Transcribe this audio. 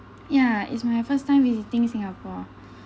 yeah it's my first time visiting singapore